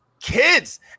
kids